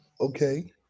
Okay